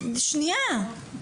שנייה.